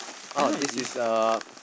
oh this is a